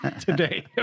today